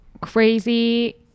crazy